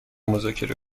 مذاکره